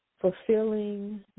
fulfilling